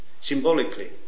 symbolically